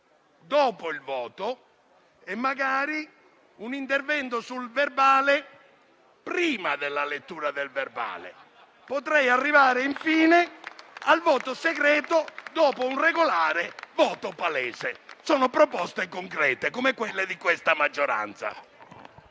dopo il voto e magari un intervento sul verbale prima della lettura del verbale. Potrei arrivare infine al voto segreto dopo un regolare voto palese. Sono proposte concrete, come quelle di questa maggioranza.